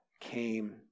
came